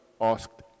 asked